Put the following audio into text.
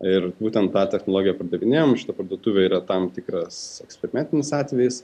ir būtent tą technologiją pardavinėjam šita parduotuvė yra tam tikras eksperimentinis atvejis